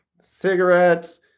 cigarettes